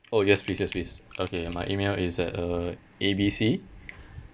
oh yes please yes please okay my email is at uh A B C